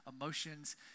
emotions